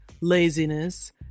laziness